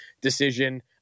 decision